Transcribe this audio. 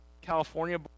California